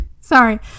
Sorry